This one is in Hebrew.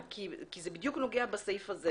שנייה, אנחנו נגיע, כי זה בדיוק נוגע בסעיף הזה.